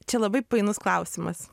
čia labai painus klausimas